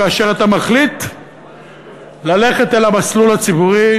כאשר אתה מחליט ללכת אל המסלול הציבורי,